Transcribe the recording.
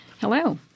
Hello